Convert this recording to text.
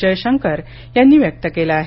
जयशंकर यांनी व्यक्त केलं आहे